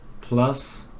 Plus